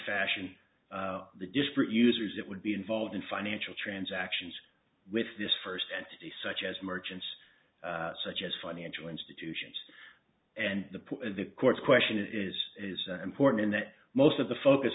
fashion the disparate users that would be involved in financial transactions with this first entity such as merchants such as financial institutions and the the courts question is is important in that most of the focus